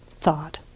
thought